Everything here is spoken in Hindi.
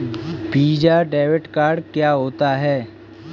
वीज़ा डेबिट कार्ड क्या होता है?